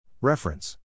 Reference